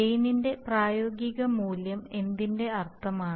ഗെയിനിൻറെ പ്രായോഗിക മൂല്യം എന്നതിന്റെ അർത്ഥമെന്താണ്